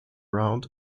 round